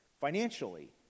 financially